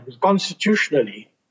constitutionally